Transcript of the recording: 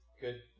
good